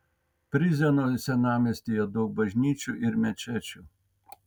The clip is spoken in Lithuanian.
prizreno senamiestyje daug bažnyčių ir mečečių